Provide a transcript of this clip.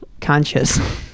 conscious